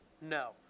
No